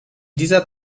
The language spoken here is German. dieser